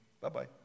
Bye-bye